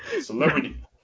Celebrity